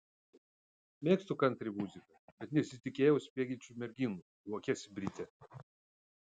mėgstu kantri muziką bet nesitikėjau spiegiančių merginų juokiasi britė